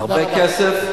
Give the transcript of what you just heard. זה הרבה כסף.